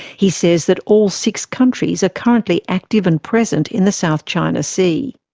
he says that all six countries are currently active and present in the south china sea.